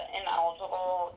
ineligible